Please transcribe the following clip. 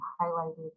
highlighted